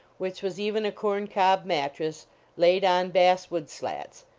which was even a corn-cob mattress laid on bass wood slats,